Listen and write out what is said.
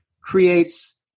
creates